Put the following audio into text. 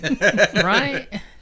Right